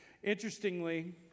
Interestingly